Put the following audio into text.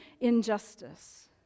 injustice